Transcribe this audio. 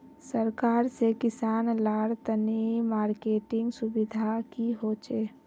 सरकार से किसान लार तने मार्केटिंग सुविधा की होचे?